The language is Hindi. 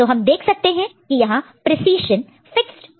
तो हम देख सकते हैं कि यहां प्रीसिज़न फिक्सड नहीं है